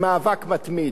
במאבק מתמיד,